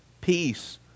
peace